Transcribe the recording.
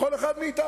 בכל אחד מאתנו.